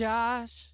Josh